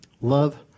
love